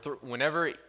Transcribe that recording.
whenever